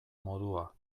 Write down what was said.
modua